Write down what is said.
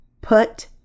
Put